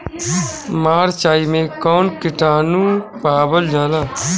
मारचाई मे कौन किटानु पावल जाला?